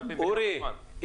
אורי,